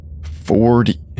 Forty